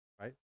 right